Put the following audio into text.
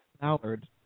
Howard